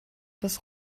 des